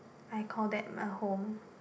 I call that my home